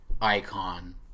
icon